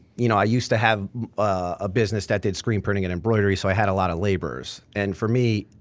you know i used to have a business that did screen printing and embroidery so i had a lot of laborers and for me,